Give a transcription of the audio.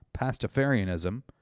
Pastafarianism